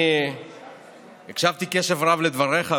אני הקשבתי בקשב רב לדבריך,